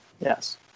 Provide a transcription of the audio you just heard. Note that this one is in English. Yes